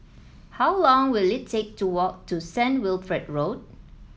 how long will it take to walk to Saint Wilfred Road